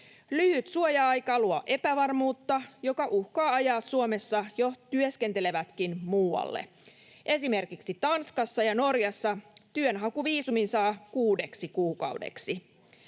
Lyhyt suoja-aika luo epävarmuutta, joka uhkaa ajaa Suomessa jo työskentelevätkin muualle. Esimerkiksi Tanskassa ja Norjassa työnhakuviisumin saa kuudeksi kuukaudeksi.